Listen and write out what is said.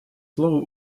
слово